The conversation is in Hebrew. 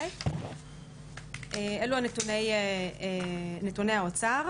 אלו נתוני האוצר,